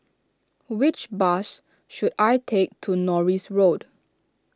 which bus should I take to Norris Road